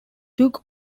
took